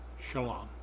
Shalom